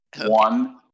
One